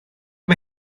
mae